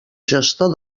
gestor